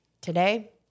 Today